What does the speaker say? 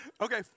Okay